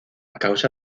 causa